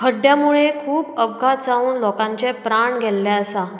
खड्ड्या मुळे खूब अपघात जावन लोकांचे प्राण गेल्ले आसात